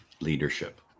leadership